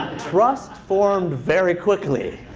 trust formed very quickly.